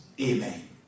Amen